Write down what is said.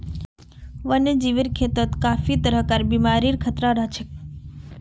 वन्यजीवेर खेतत काफी तरहर बीमारिर खतरा रह छेक